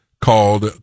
called